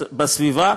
בסביבה.